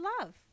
love